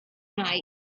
night